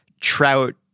Trout